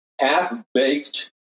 half-baked